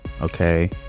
okay